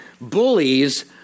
bullies